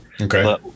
Okay